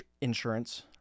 insurance